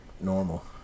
normal